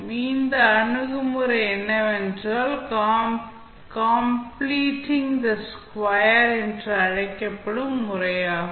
அந்த அணுகுமுறை என்னவென்றால் கம்ப்ளீட்டிங் தி ஸ்கொயர் என்று அழைக்கப்படும் முறையாகும்